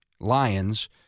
Lions